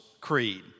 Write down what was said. Creed